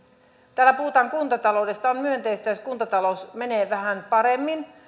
täällä puhutaan kuntataloudesta on myönteistä jos kuntataloudella menee vähän paremmin